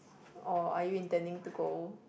or are you intending to go